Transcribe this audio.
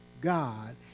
God